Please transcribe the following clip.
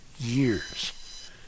years